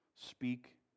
Speak